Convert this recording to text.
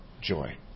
joy